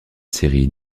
série